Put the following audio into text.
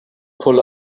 pull